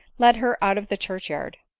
led her out of the church yard.